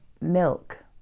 milk